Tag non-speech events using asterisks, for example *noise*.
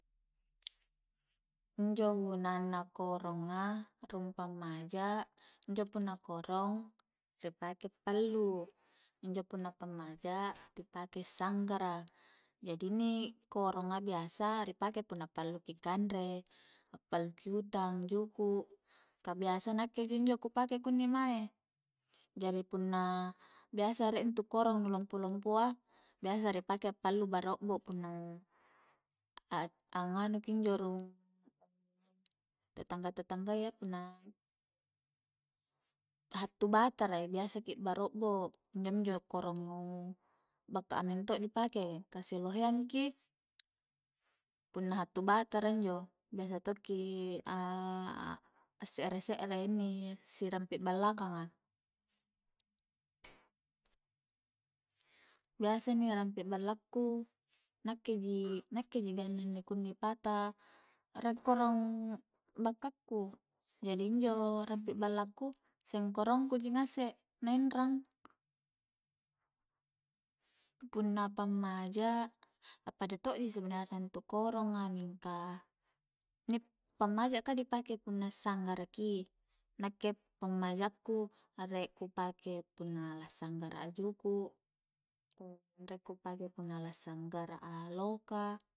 Injo gunanna koronga rung pammaja injo punna korong ri pake i a'pallu injo punna pammaja ri pake'i sanggara jadi inni koronga biasa ri pake punna a'pallu ki kanre, a'pallu ki utang juku' ka biasa nakke ji injo ku pake kunni mae jari punna biasa rie intu korong nu lompo-lompoa biasa ri pake a'pallu barobbo punna a-angnganu ki injo rung *hesitation* tetangga-tetanggayya punna hattu batara i biasa ki barobbo injo minjo korong nu bakka a mento' di pake ka siloheang ki punna hattu batara injo biasa tokki a se're-se're inni sirampi ballakanga biasa inni rampi ballaku nakke ji-nakke ji ganna inni kunni pata rie korong bakka ku jadi injo rampi balla ku seng korongku ji ngase' na inrang, punna pammaja appada to'ji sebenarna intu koronga mingka inni pammaja ka di pake punna a'sanggara ki nakke pammaja ku rie ku pake punna lassanggara a juku', rie ku pake punna la sanggara a loka